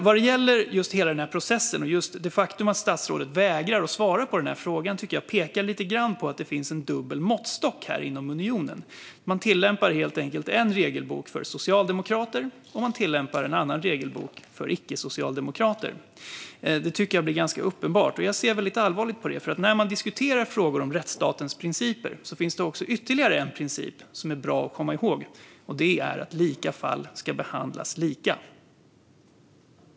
Vad gäller hela processen och det faktum att statsrådet vägrar att svara på frågan pekar lite grann på att det finns en dubbel måttstock inom unionen. Man tillämpar helt enkelt en regelbok för socialdemokrater och en annan regelbok för icke-socialdemokrater. Det blir ganska uppenbart, och jag ser väldigt allvarligt på det. När man diskuterar frågor om rättsstatens principer finns det ytterligare en princip som är bra att komma ihåg. Det är att lika fall ska behandlas lika.